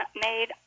made